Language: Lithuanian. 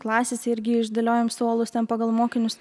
klasėse irgi išdėliojom suolus ten pagal mokinius